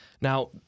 Now